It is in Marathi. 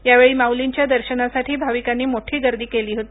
यावेळी माउलीच्या दर्शनासाठी भाविकांनी मोठी गर्दी केली होती